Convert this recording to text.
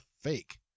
fake